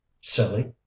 Silly